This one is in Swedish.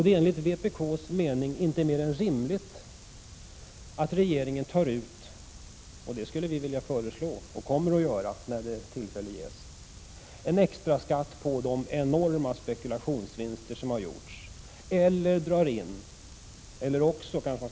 Det är enligt vpk:s mening inte mer än rimligt att regeringen tar ut en extraskatt på de enorma spekulationsvinster som har gjorts. Det är något som vi kommer att föreslå.